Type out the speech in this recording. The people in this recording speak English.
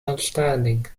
outstanding